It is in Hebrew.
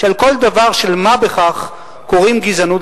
שעל כל דבר של מה בכך קוראים: "גזענות,